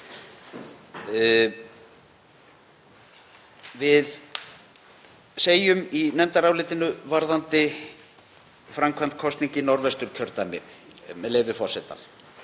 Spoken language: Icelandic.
Við segjum í nefndarálitinu, varðandi framkvæmd kosninga í Norðvesturkjördæmi, með leyfi forseta: